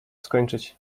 skończyć